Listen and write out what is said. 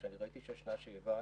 כשראיתי שישנה שאיבה,